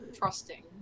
Trusting